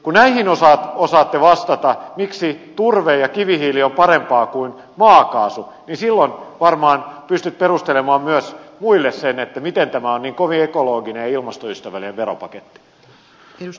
kun näihin osaatte vastata miksi turve ja kivihiili on parempaa kuin maakaasu silloin varmaan pystytte perustelemaan myös muille sen miten tämä on niin kovin ekologinen ja ilmastoystävällinen veropaketti